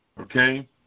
okay